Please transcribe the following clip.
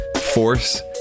Force